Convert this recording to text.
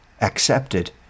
accepted